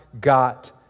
got